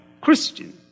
Christian